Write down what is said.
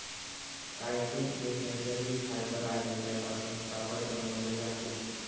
chitin एक नैसर्गिक fibre आहे त्यापासून कापड बनवले जाते